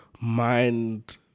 mind